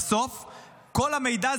כל המידע,